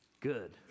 good